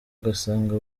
ugasanga